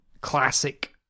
classic